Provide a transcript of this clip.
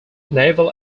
naval